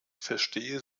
verstehe